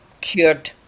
cured